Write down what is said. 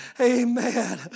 Amen